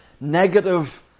negative